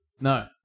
No